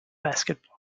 basketball